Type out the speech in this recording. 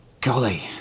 golly